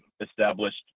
established